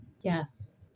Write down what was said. Yes